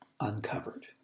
Uncovered